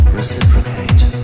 reciprocate